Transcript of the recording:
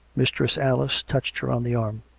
mistress alice touched her on the arm.